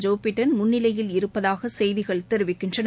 Joe Biden முன்னிலையில் இருப்பதாக செய்திகள் தெரிவிக்கின்றன